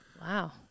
Wow